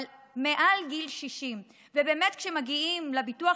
אבל מעל גיל 60. כשהם מגיעים לביטוח